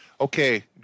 okay